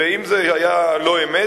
ואם זה היה לא-אמת,